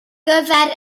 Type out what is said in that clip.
gyfer